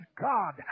God